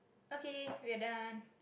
okay we are done